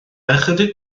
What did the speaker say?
ychydig